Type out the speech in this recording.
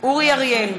אורי אריאל,